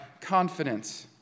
confidence